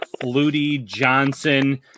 Flutie-Johnson